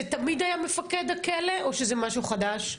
זה תמיד היה מפקד הכלא או שזה משהו חדש?